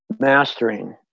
mastering